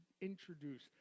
introduce